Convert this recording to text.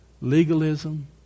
Legalism